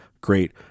great